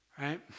right